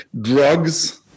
drugs